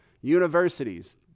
Universities